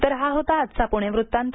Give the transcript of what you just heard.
तर हा होता आजचा पुणे वृत्तांत